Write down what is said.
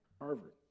Harvard